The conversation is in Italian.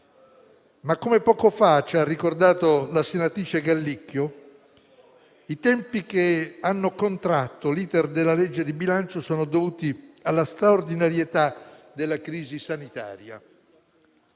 Ma, come poco fa ci ha ricordato la senatrice Gallicchio, i tempi che hanno contratto l'*iter* di esame del disegno di legge di bilancio sono dovuti alla straordinarietà della crisi sanitaria.